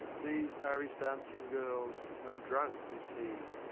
these are his dancing-girls, and drunk is he,